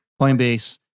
Coinbase